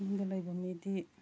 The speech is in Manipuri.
ꯆꯤꯡꯗ ꯂꯩꯕ ꯃꯤꯗꯤ